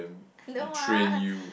I don't want